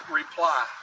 reply